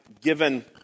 given